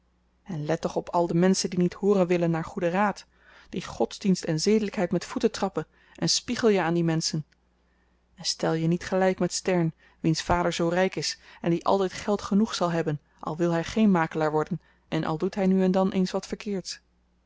en let toch op al de menschen die niet hooren willen naar goeden raad die godsdienst en zedelykheid met voeten trappen en spiegel je aan die menschen en stel je niet gelyk met stern wiens vader zoo ryk is en die altyd geld genoeg zal hebben al wil hy geen makelaar worden en al doet hy nu en dan eens wat verkeerds